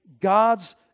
God's